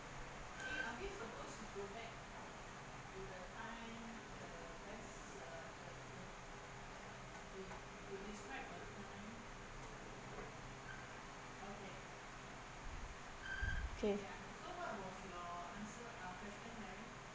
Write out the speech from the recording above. okay